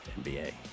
NBA